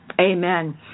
Amen